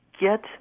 get